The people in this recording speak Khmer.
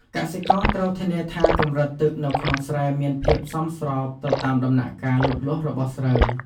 កសិករត្រូវធានាថាកម្រិតទឹកនៅក្នុងស្រែមានភាពសមស្របទៅតាមដំណាក់កាលលូតលាស់របស់ស្រូវ។